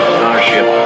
Starship